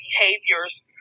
behaviors